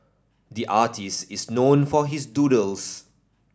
the artist is known for his doodles